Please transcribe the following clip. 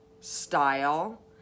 style